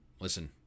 Listen